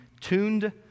tuned